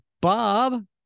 Bob